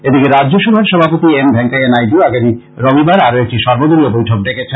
এদিকে রাজ্যসভার সভাপতি এম ভেঙ্কাইয়া নাইড় আগামী রবিবার আরো একটি সর্বদলীয় বৈঠক ডেকেছেন